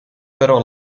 però